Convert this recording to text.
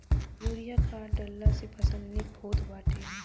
urea खाद डालला से फसल निक होत बाटे